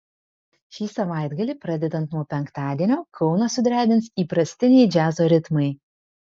šį savaitgalį pradedant nuo penktadienio kauną sudrebins įprastiniai džiazo ritmai